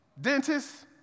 dentists